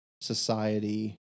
society